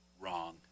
wrong